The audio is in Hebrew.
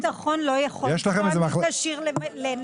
משרד הביטחון לא יכול לקבוע מי כשיר לנהיגה.